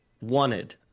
wanted